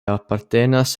apartenas